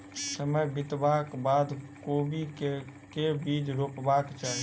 समय बितबाक बाद कोबी केँ के बीज रोपबाक चाहि?